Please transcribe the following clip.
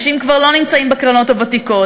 אנשים כבר לא נמצאים בקרנות הוותיקות,